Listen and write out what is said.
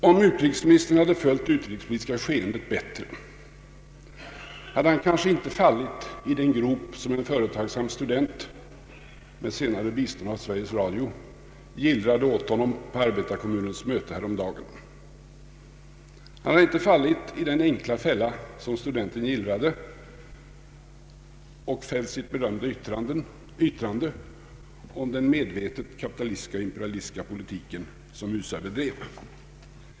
Om utrikesministern hade följt det utrikespolitiska skeendet bättre, hade han kanske inte fallit i den grop som en företagsam student — med senare bistånd av Sveriges Radio — grävde åt honom på arbetarkommunens möte härom dagen. Utrikesministern hade då inte gått i den enkla fälla som studenten gillrade och fällt sitt berömda yttrande om den medvetet kapitalistiska, imperialistiska politik som USA bedrev.